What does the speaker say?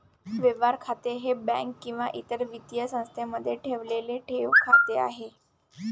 व्यवहार खाते हे बँक किंवा इतर वित्तीय संस्थेमध्ये ठेवलेले ठेव खाते आहे